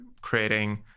creating